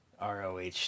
ROH